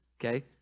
Okay